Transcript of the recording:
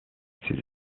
ses